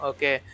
Okay